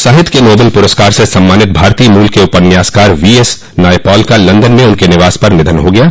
साहित्य के नोबेल पुरस्कार से सम्मानित भारतीय मूल के उपन्यासकार वीएस नायपॉल का लंदन में उनके निवास पर निधन हो गया है